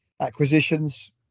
acquisitions